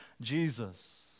Jesus